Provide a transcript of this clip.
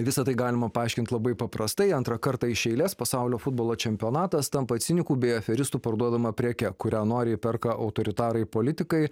visa tai galima paaiškinti labai paprastai antrą kartą iš eilės pasaulio futbolo čempionatas tampa cinikų bei aferistų parduodama preke kurią noriai perka autoritarai politikai